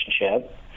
relationship